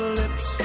lips